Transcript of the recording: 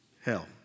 Hell